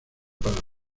para